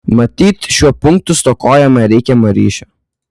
matyt šiuo punktu stokojama reikiamo ryšio